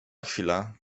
chwilę